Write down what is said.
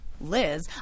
Liz